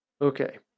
Okay